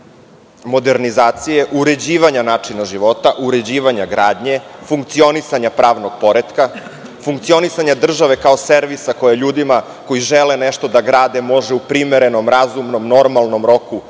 modernizacije, uređivanja načina života, uređivanja gradnje, funkcionisanje pravnog poretka, funkcionisanja države kao servisa koji ljudima koji žele nešto da grade može u primerenom, razumnom, normalnom roku